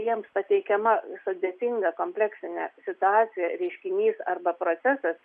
jiems pateikiama sudėtinga kompleksinė situacija reiškinys arba procesas